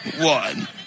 one